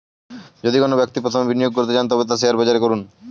যদি কোনো ব্যক্তি প্রথম বিনিয়োগ করতে চান তবে তা শেয়ার বাজারে করুন